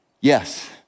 Yes